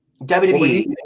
WWE